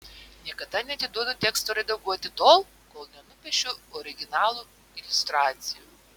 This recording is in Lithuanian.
niekada neatiduodu teksto redaguoti tol kol nenupiešiu originalų iliustracijų